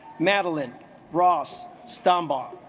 madeline ross stumble